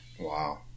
Wow